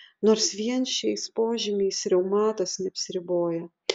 nors vien šiais požymiais reumatas neapsiriboja